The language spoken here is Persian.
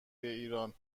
ایران